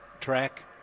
track